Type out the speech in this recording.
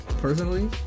personally